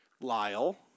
Lyle